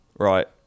Right